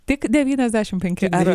tik devyniasdešimt penki ar